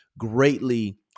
Greatly